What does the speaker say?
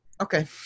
Okay